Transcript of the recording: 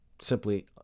simply